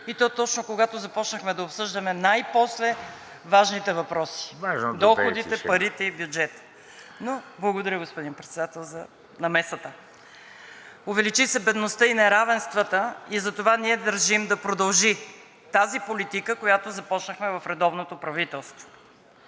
…и то точно когато започнахме да обсъждаме най-после важните въпроси – доходите, парите и бюджета. Благодаря, господин Председател, за намесата. Увеличи се бедността и неравенствата и затова ние държим да продължи тази политика, която започнахме в редовното правителство.